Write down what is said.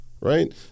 right